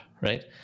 right